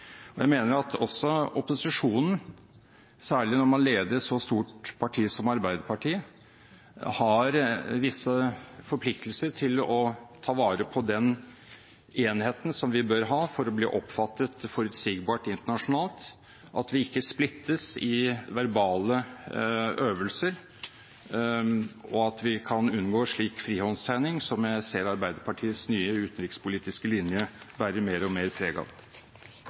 Jeg mener at også opposisjonen, særlig når man leder et så stort parti som Arbeiderpartiet, har visse forpliktelser til å ta vare på den enheten som vi bør ha for å bli oppfattet forutsigbart internasjonalt, at vi ikke splittes i verbale øvelser, og at vi kan unngå slik frihåndstegning som jeg ser Arbeiderpartiets nye utenrikspolitiske linje bærer mer og mer